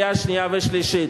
בקריאה שנייה ושלישית.